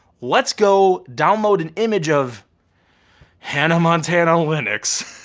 let's go download an image of hannah montana linux.